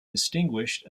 distinguished